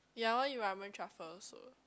yeah I want eat ramen truffle also